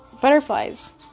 butterflies